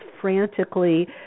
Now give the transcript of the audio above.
frantically